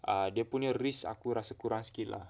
err dia punya risks tu rasa kurang sikit lah